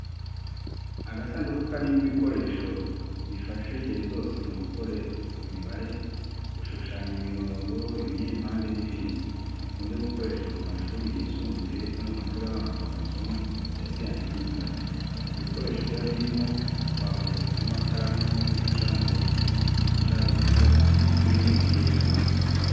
Agasanduku karimo ibikoresho bifasha ingeri zose mu gukora imibare, gushushanya imirongo, ibinyempande n’ibindi. Bikunze gukoreshwa mu mashuri yisumbuye no mu mashuri abanza mu masomo ya siyansi n'imibare. Mu bikoresho biba birimo twavuga nk’amakaramu, uducamurongo, uducaruziga n’ibindi bigiye bitandukanye.